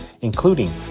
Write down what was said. including